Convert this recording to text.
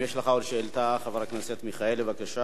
אם יש לך עוד שאלה, חבר הכנסת מיכאלי, בבקשה.